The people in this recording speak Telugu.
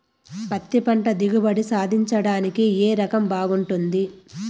పత్తి పంట దిగుబడి సాధించడానికి ఏ రకం బాగుంటుంది?